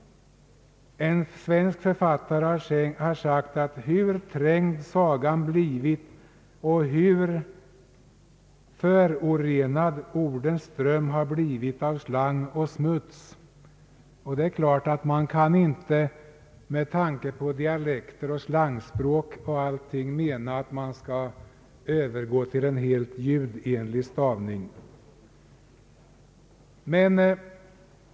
En svensk författare har talat om »hur trängd sagan blivit och hur förorenad ordens ström har blivit av slang och smuts» ——— Avsikten kan naturligtvis — med tanke på dialekt och slangspråk — inte vara att vi skall övergå till helt ljudenlig stavning.